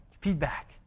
Feedback